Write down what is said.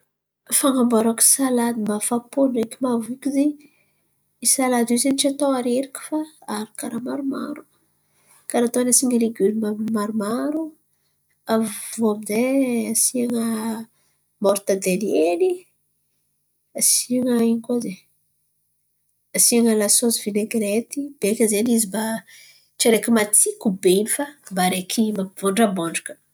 Fan̈anovako salady mahafa-po ndraiky mahavoky ze isalady io ze tsy atô areriky fa aharaka raha maromaro karà ataon’ny asian̈a legioma maromaro. Aviô aminjay asian̈a moritadely hely asian̈a ino koa zen̈y asian̈a lasosy vinegirety baika zen̈y izy tsy araiky matsiko be in̈y fa baika izy mba vondrabondraka.